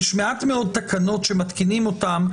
יש מעט מאוד תקנות, שמתקינים אותן,